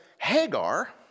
Hagar